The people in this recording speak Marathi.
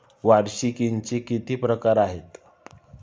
वार्षिकींचे किती प्रकार आहेत?